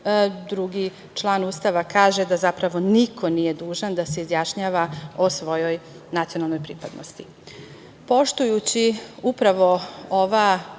Drugi član Ustava kaže da zapravo niko nije dužan da se izjašnjava o svojoj nacionalnoj pripadnosti. Poštujući